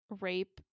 rape